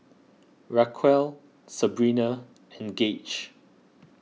Raquel Sabrina and Gage